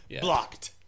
blocked